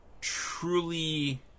truly